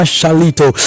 Shalito